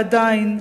ועדיין,